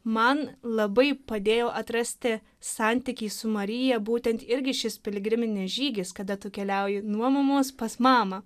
man labai padėjo atrasti santykiai su marija būtent irgi šis piligriminis žygis kada tu keliauji nuo mamos pas mamą